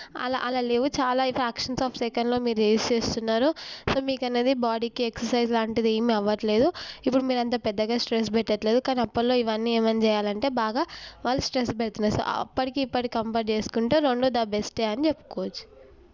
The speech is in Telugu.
అలా అలా లేవు చాలా ఫ్రాక్షన్స్ ఆఫ్ సెకండ్స్లో మీరు చేసేస్తున్నారు సో మీకు అనేది బాడీకి ఎక్ససైజ్ లాంటిది ఏమి అవ్వట్లేదు ఇప్పుడు మీరు అంత పెద్దగా స్ట్రెస్ పెట్టట్లేదు కానీ అప్పట్లో ఇవన్నీ ఏమన్నా చేయాలంటే బాగా వాళ్ళు స్ట్రెస్ బెస్ట్నెస్ అప్పటికి ఇప్పటికీ కంపేర్ చేసుకుంటే రెండు ద బెస్టే అని చెప్పుకోవచ్చు